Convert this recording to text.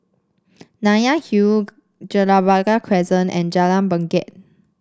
Nanyang Hill Gibraltar Crescent and Jalan Bangket